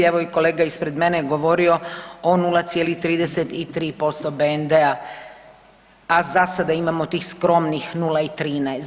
Evo i kolega ispred mene je govorio o 0,33% BND-a a za sada imamo tih skromnih 0,13.